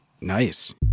Nice